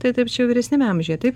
tai taip čia vyresniame amžiuje taip